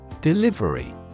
Delivery